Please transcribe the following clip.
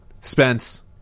Spence